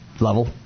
level